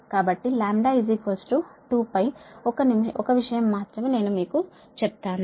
కాబట్టి λ 2π ఒక్క విషయం మాత్రమే నేను మీకు చెప్పాను